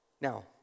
Now